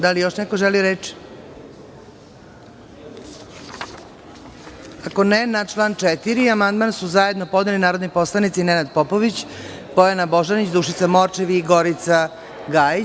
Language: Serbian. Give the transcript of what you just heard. Da li još neko želi reč? (Ne) Na član 4. amandman su zajedno podneli narodni poslanici Nenad Popović, Bojana Božanić, Dušica Morčev i Gorica Gajić.